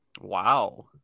Wow